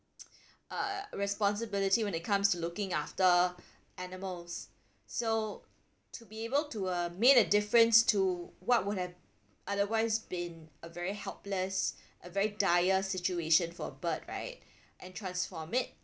uh responsibility when it comes to looking after animals so to be able to uh made a difference to what would have otherwise been a very helpless a very dire situation for a bird right and transform it